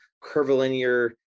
curvilinear